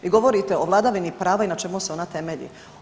Vi govorite o vladavini prava i na čemu se ona temelji.